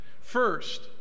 first